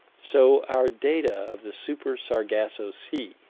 so our data of the super-sargasso sea,